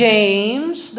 James